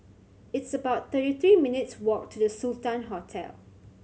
it's about thirty three minutes' walk to The Sultan Hotel